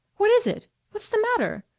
what is it? what's the matter?